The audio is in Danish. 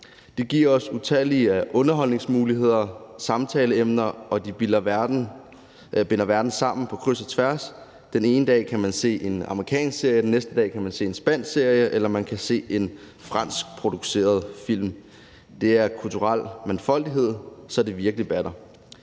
Det giver os utallige underholdningsmuligheder og samtaleemner, og det binder verden sammen på kryds og tværs. Den ene dag kan man se en amerikansk serie og den næste dag en spansk serie, eller man kan se en fransk produceret film. Det er kulturel mangfoldighed, så det virkelig batter.